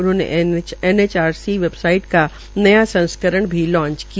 उन्होंने NHRC website का नया संस्करण भी लांच किया